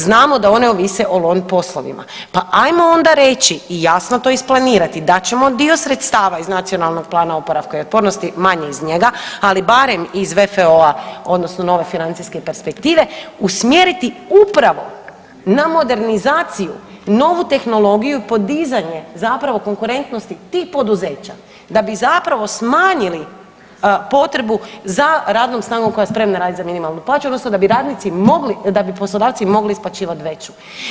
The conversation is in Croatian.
Znamo da one ovise o lon poslovima, pa ajmo onda reći i jasno to isplanirati da ćemo dio sredstava iz Nacionalnog plana oporavka i otpornosti, manje iz njega, ali barem iz VFO-a, odnosno nove financijske perspektive, usmjeriti upravo na modernizaciju, novu tehnologiju, podizanje zapravo konkurentnosti tih poduzeća da bi zapravo smanjili potrebu za radnom snagom koja je spremna raditi za minimalnu plaću, odnosno da bi radnici mogli, da bi poslodavci mogli isplaćivati veću.